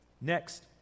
next